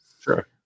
Sure